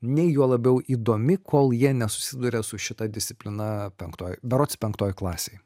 nei juo labiau įdomi kol jie nesusiduria su šita disciplina penktoj berods penktoj klasėj